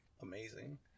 amazing